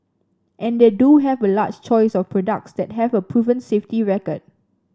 and they do have a large choice of products that have a proven safety record